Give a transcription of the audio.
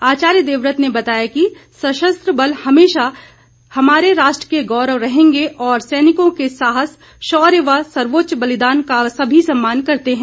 आचार्य देवव्रत ने बताया कि सशस्त्र बल हमेशा हमारे राष्ट्र के गौरव रहेंगे और सैनिकों के साहस शौर्य व सर्वोच्च बलिदान का सभी सम्मान करते हैं